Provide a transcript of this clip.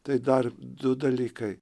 tai dar du dalykai